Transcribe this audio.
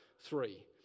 three